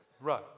right